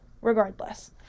regardless